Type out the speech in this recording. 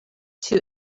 two